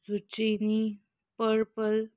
zucchini purple